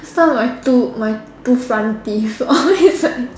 some of my two my two front teeth all is like